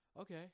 Okay